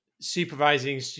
supervising